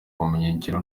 ubumenyingiro